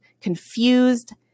confused